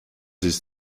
his